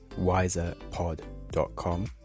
wiserpod.com